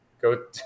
go